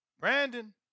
Brandon